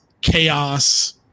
chaos